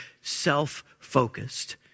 self-focused